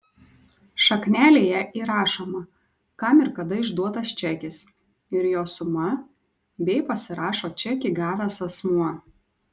šaknelėje įrašoma kam ir kada išduotas čekis ir jo suma bei pasirašo čekį gavęs asmuo